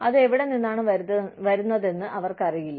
അത് എവിടെ നിന്നാണ് വരുന്നതെന്ന് അവർക്കറിയില്ല